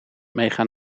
meegaan